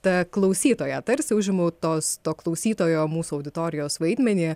ta klausytoja tarsi užimu tos to klausytojo mūsų auditorijos vaidmenį